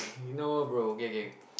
you know bro okay okay